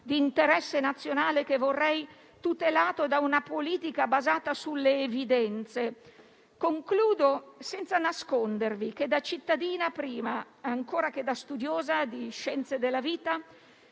di interesse nazionale che vorrei tutelato da una politica basata sulle evidenze. Concludo senza nascondervi che da cittadina, prima ancora che da studiosa di scienze della vita,